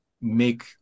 make